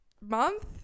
month